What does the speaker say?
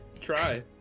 try